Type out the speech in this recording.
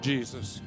Jesus